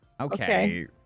okay